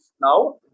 Now